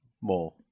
more